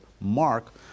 Mark